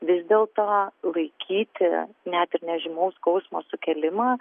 vis dėl to laikyti net ir nežymaus skausmo sukėlimą